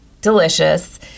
delicious